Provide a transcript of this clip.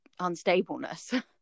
unstableness